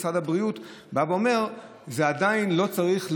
משרד הבריאות בא ואומר: עדיין לא צריך לאסור,